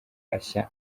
ashya